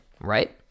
right